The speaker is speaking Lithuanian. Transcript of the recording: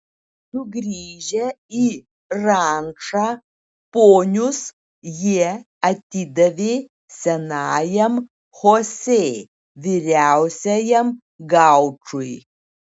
sugrįžę į rančą ponius jie atidavė senajam chosė vyriausiajam gaučui